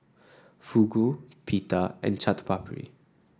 Fugu Pita and Chaat Papri